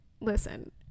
listen